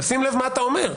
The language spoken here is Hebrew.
תשים לב מה אתה אומר.